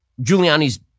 Giuliani's